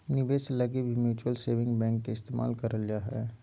निवेश लगी भी म्युचुअल सेविंग बैंक के इस्तेमाल करल जा हय